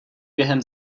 během